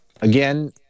Again